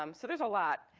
um so there's a lot.